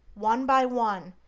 one by one,